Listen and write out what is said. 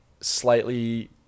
slightly